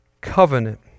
covenant